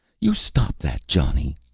you stop that, johnny,